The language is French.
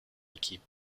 équipe